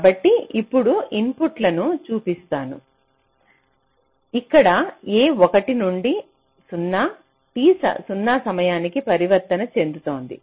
కాబట్టి ఇప్పుడు ఇన్పుట్లను చూపిస్తున్న ఇక్కడ a 1 నుండి 0 t 0 సమయానికి పరివర్తన చెందుతుంది